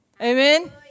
Amen